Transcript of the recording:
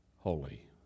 holy